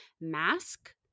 mask